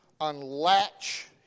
unlatch